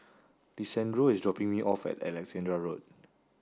Lisandro is dropping me off at Alexandra Road